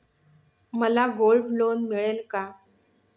मला gold loan मिळेल का?